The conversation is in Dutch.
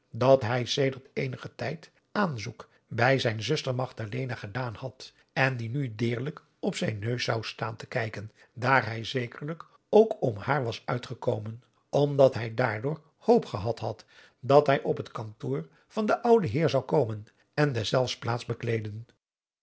dat hij sedert eenigen tijd aanzoek bij zijn zuster magdalena gedaan had en die nu deerlijk op zijn neus zou staan te kijken daar hij zekerlijk ook om haar was uitgekomen omdat hij daardoor hoop gehad had dat hij op het kantoor van den ouden heer zou komen en deszelfs plaats bekleeden